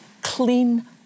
clean